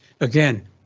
Again